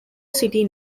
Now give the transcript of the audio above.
city